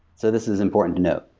so this is important to know.